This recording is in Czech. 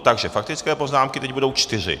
Takže faktické poznámky teď budou čtyři.